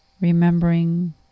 Remembering